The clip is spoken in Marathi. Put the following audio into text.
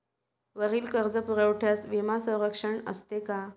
वरील कर्जपुरवठ्यास विमा संरक्षण असते का?